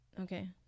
okay